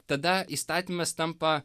tada įstatymas tampa